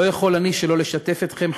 לא יכול אני שלא לשתף אתכם,